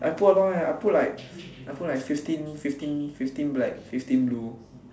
I put a lot eh I put like I put like fifteen fifteen fifteen black fifteen blue